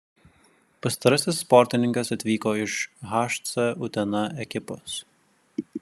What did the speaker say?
pastarasis sportininkas atvyko iš hc utena ekipos